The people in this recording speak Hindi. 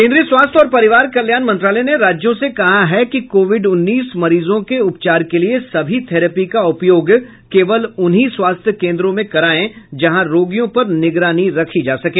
केंद्रीय स्वास्थ्य और परिवार कल्याण मंत्रालय ने राज्यों से कहा है कि कोविड उन्नीस मरीजों के उपचार के लिए सभी थेरैपी का उपयोग केवल उन्हीं स्वास्थ्य केंद्रों में करायें जहां रोगियों पर निगरानी रखी जा सके